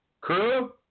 crew